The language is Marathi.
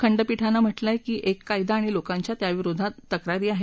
खंड़पीठानं म्हा क्रिं आहे की एक कायदा आणि लोकांच्या त्याविरोधात तक्रारी आहेत